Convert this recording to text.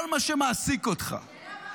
כל מה שמעסיק אותך -- השאלה מה מעסיק אותך.